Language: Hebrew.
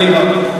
נכון.